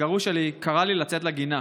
הגרוש שלי קרא לי לצאת לגינה.